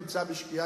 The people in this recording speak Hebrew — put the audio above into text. זה נמצא בשקיעה,